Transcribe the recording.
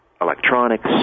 electronics